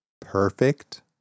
perfect